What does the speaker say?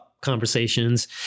conversations